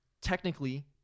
technically